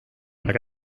saame